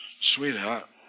Sweetheart